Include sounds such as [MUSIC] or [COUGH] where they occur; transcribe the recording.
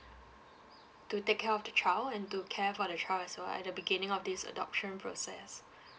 to take care of the child and to care for the child as well at the beginning of this adoption process [BREATH]